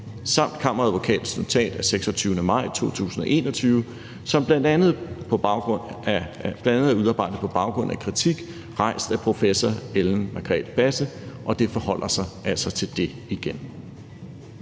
samt Kammeradvokatens notat af 26. maj 2021, som bl.a. er udarbejdet på baggrund af kritik rejst af professor Ellen Margrethe Basse, og det forholder sig altså igen